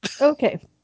Okay